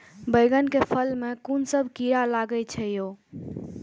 बैंगन के फल में कुन सब कीरा लगै छै यो?